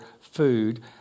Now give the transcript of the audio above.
food